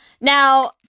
Now